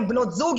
עם בנות זוג,